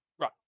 Right